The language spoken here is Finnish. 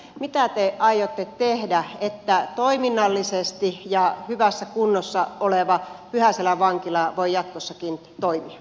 mitä te aiotte tehdä että toiminnallisesti ja hyvässä kunnossa oleva pyhäselän vankila voi jatkossakin toimia